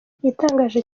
igitangaje